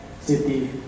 city